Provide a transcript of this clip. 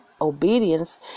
obedience